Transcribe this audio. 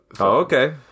okay